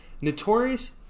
Notorious